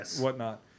whatnot